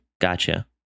Gotcha